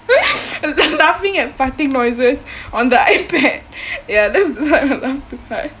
I was laughing at farting noises on the ipad ya that's the time I laughed too hard